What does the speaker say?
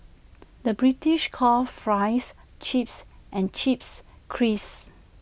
the British calls Fries Chips and Chips Crisps